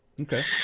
Okay